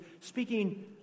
speaking